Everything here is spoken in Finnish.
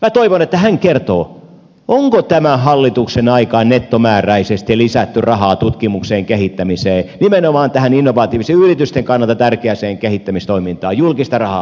minä toivon että hän kertoo onko tämän hallituksen aikaan nettomääräisesti lisätty rahaa tutkimukseen kehittämiseen nimenomaan tähän innovatiiviseen yritysten kannalta tärkeään kehittämistoimintaan julkista rahaa vaiko ei